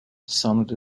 sounded